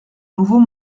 nouveau